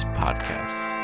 podcasts